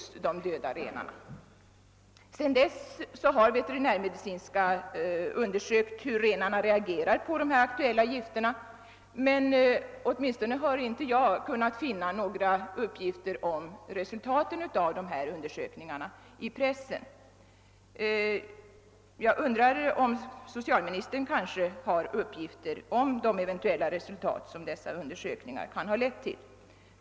Sedan dess har veterinärmedicinska <anstalten undersökt hur renarna reagerar på de här aktuella gifterna, men åtminstoner har inte jag kunnat i pressen finna några redogörelser för resultaten av dessa undersökningar. Jag undrar om socialministern kanske har uppgifter om de resultat som undersökningarna eventuellt har lett till.